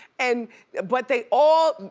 and but they all.